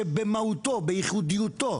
שבמהותו, בייחודיותו